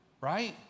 Right